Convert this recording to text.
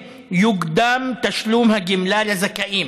(אומר בערבית: תקשיבו טוב,) יוקדם תשלום הגמלה לכלל הזכאים